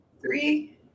Three